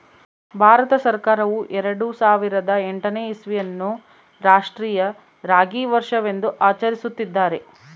ಭಾರತ ಸರ್ಕಾರವು ಎರೆಡು ಸಾವಿರದ ಎಂಟನೇ ಇಸ್ವಿಯನ್ನು ಅನ್ನು ರಾಷ್ಟ್ರೀಯ ರಾಗಿ ವರ್ಷವೆಂದು ಆಚರಿಸುತ್ತಿದ್ದಾರೆ